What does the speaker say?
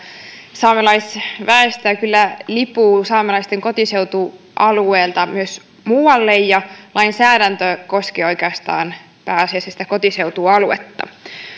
saamelaisväestöä kyllä lipuu saamelaisten kotiseutualueelta myös muualle ja lainsäädäntö koskee oikeastaan pääasiassa sitä kotiseutualuetta on